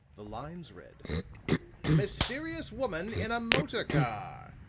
the lines read mysterious woman in a motor car!